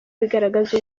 bigaragaza